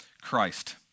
Christ